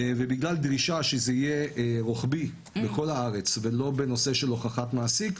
ובגלל דרישה שזה יהיה רוחבי בכל הארץ ולא בנושא של הוכחת מעסיק,